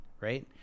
right